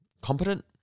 competent